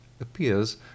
appears